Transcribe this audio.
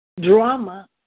Drama